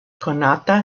konata